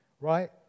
right